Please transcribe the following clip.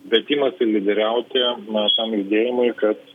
bet ima lyderiauti visam judėjimui kad